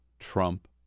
Trump